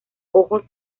ojos